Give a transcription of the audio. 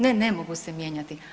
Ne ne mogu se mijenjati.